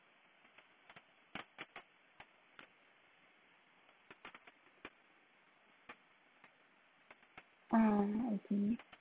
uh mmhmm